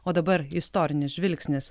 o dabar istorinis žvilgsnis